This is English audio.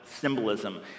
symbolism